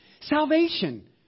Salvation